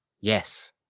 Yes